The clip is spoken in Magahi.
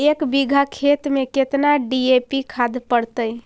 एक बिघा खेत में केतना डी.ए.पी खाद पड़तै?